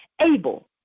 able